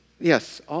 yes